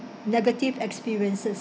negative experiences